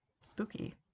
spooky